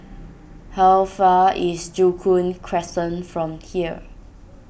how far away is Joo Koon Crescent from here